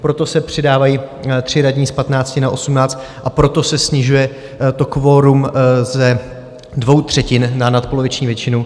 Proto se přidávají tři radní z 15 na 18 a proto se snižuje to kvorum ze dvou třetin na nadpoloviční většinu.